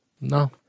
No